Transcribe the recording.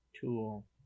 tool